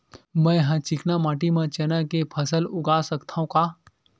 मै ह चिकना माटी म चना के फसल उगा सकथव का?